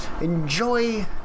enjoy